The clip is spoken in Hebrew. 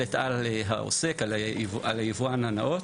מוטלת על העוסק, על היבואן הנאות.